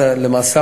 למעשה,